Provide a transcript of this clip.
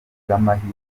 bw’amahirwe